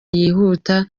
yihuta